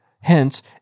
Hence